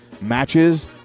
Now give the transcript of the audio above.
matches